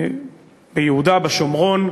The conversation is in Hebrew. ביהודה, בשומרון,